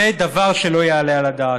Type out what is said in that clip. זה דבר שלא יעלה על הדעת.